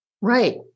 Right